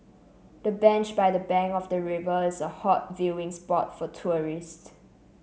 the bench by the bank of the river is a hot viewing spot for tourists